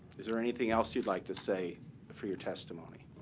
is there anything else you'd like to say for your testimony?